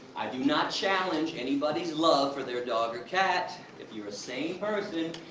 i do not challenge anybody's love for their dog or cat. if you're a sane person,